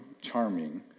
charming